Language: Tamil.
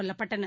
கொல்லப்பட்டனர்